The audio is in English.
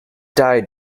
died